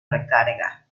recarga